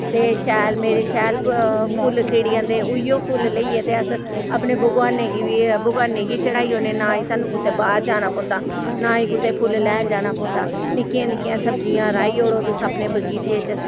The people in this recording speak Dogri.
ते शैल मेरे शैल फुल्ल खिड़ी जंदे उ'ऐ फुल्ल लेइयै ते अस अपने भगवाने गी बी भगवाने गी चढ़ाई ओड़ने ना एह् सानूं कुतै बाह्र जाना पौंदा ना ही कुतै फुल्ल लैन जाना पौंदा निक्कियां निक्कियां सब्जियां रहाई ओड़ो तुस अपने बगीचे च